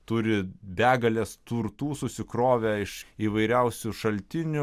turi begales turtų susikrovę iš įvairiausių šaltinių